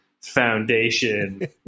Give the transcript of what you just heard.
foundation